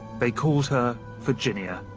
they called her virginia,